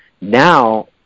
now